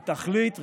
היא תכלית ראויה,